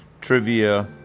trivia